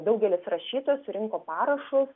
daugelis rašytojų surinko parašus